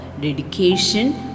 dedication